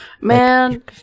Man